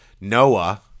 Noah